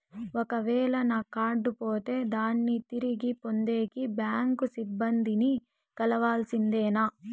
ఒక వేల నా కార్డు పోతే దాన్ని తిరిగి పొందేకి, బ్యాంకు సిబ్బంది ని కలవాల్సిందేనా?